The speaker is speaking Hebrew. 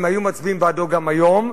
הם היו מצביעים בעדו גם היום.